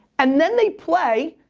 and then they play,